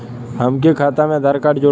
हमन के खाता मे आधार कार्ड जोड़ब?